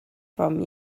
from